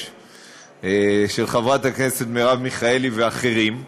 מרגישים: הרוב בחר אותנו,